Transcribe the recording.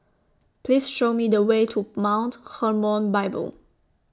Please Show Me The Way to Mount Hermon Bible